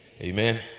Amen